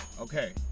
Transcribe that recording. Okay